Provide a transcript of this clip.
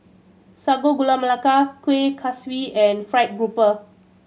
Sago Gula Melaka Kuih Kaswi and fried grouper